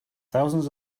thousands